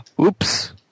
Oops